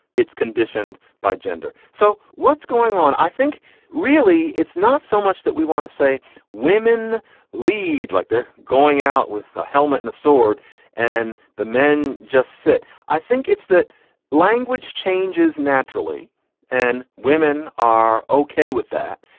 it's conditioned by gender. so what's going on? i think really it's not so much that we want to say women lead like they're going out with a helmet and a sword and the men just sit. i think it's that language changes naturally and women are okay with that.